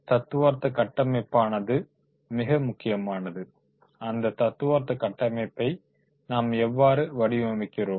தத்துவார்த்த கட்டமைப்பானது மிக முக்கியமானது அந்த தத்துவார்த்த கட்டமைப்பை நாம் எவ்வாறு வடிவமைக்கிறோம்